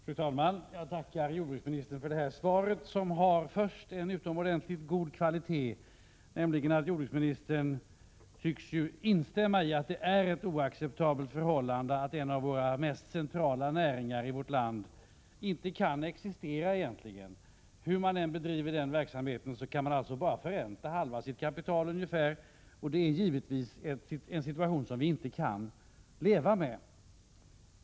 Fru talman! Jag tackar jordbruksministern för detta svar, som till en början är av mycket god kvalitet. Jordbruksministern tycks nämligen instämma i att det är ett oacceptabelt förhållande att en av vårt lands mest centrala näringar egentligen inte kan existera. Hur man än bedriver denna verksamhet kan man alltså bara förränta ungefär halva sitt kapital, och det är givetvis en situation som vi inte kan leva med.